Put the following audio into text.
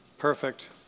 Perfect